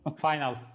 Final